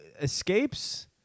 escapes